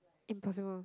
impossible